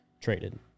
traded